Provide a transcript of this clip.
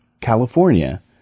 California